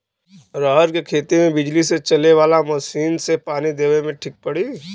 रहर के खेती मे बिजली से चले वाला मसीन से पानी देवे मे ठीक पड़ी?